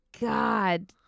God